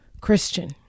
Christian